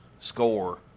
score